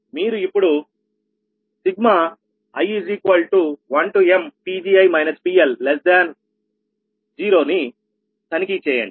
మీరు ఇప్పుడు i1mPgi PL0 ని తనిఖీ చేయండి